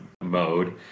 mode